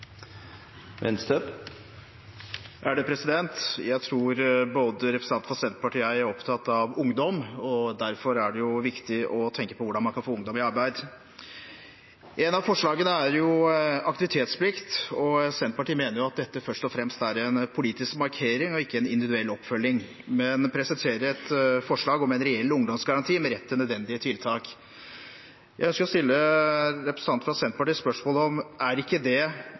opptatt av ungdom. Derfor er det viktig å tenke på hvordan man kan få ungdom i arbeid. Ett av forslagene er aktivitetsplikt. Senterpartiet mener at dette først og fremst er en politisk markering og ikke en individuell oppfølging, men presiserer et forslag om en reell ungdomsgaranti med rett til nødvendige tiltak. Jeg vil stille representanten fra Senterpartiet et spørsmål: Er ikke aktivitetsplikt det